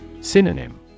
Synonym